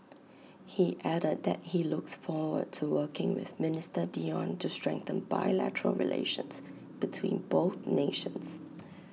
he added that he looks forward to working with minister Dion to strengthen bilateral relations between both nations